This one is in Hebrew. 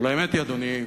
אבל, אדוני,